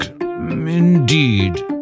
indeed